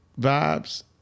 vibes